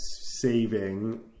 saving